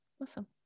awesome